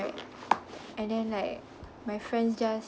like and then like my friends just